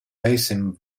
basin